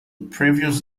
previous